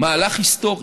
מהלך היסטורי: